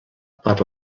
per